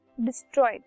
destroyed